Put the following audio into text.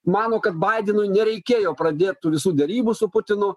mano kad baidenui nereikėjo pradėt tų visų derybų su putinu